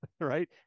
right